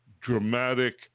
dramatic